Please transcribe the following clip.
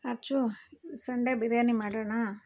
Akshu Sunday biryani ಮಾಡೋಣಾ